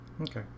Okay